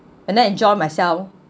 and then enjoy myself